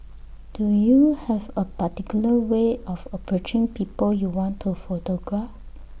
do you have A particular way of approaching people you want to photograph